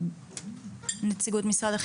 נמצא.